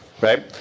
right